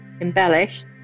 embellished